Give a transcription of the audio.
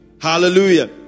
Hallelujah